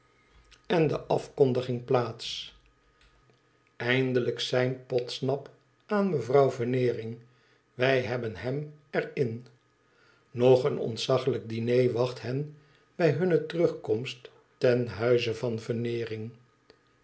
en de afkondiging plaats eindelijk seint podsnap aan mevrouw veneeiing twij hebben hem er in nog een ontzaglijk diner wacht hen bij hunne terugkomst ten huize vanveneering